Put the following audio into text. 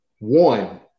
One